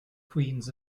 queens